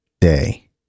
day